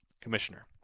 Commissioner